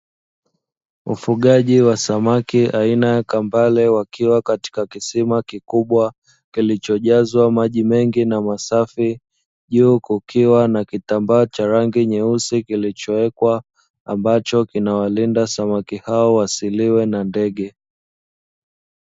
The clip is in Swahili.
Ufugaji wa samaki aina ya kambale, wakiwa katika kisima kikubwa kilichojazwa maji mengi na masafi, juu kukiwa na kitambaa cha rangi nyeusi kilichowekwa, ambacho kinawalinda samaki hao wasiliwe na ndege.